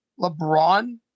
LeBron